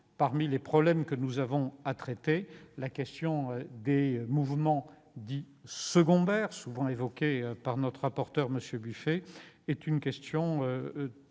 Parmi les problèmes que nous avons à traiter, la question des mouvements secondaires, souvent évoquée par notre rapporteur François-Noël Buffet, est très importante.